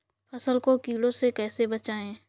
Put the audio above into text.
फसल को कीड़ों से कैसे बचाएँ?